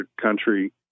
country